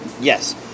Yes